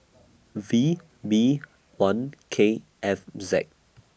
V B one K F Z